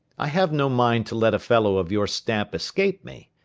i have no mind to let a fellow of your stamp escape me.